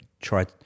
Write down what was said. try